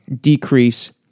decrease